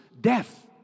death